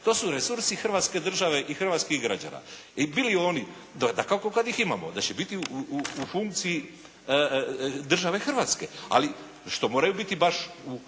To su resursi Hrvatske države i hrvatskih građana i bili oni, dakako kad ih imamo, da će biti u funkciji države Hrvatske ali što moraju biti baš u